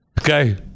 Okay